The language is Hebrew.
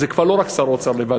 זה כבר לא רק שר האוצר לבד.